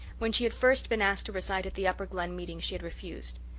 when she had first been asked to recite at the upper glen meeting she had refused.